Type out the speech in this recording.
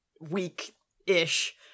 week-ish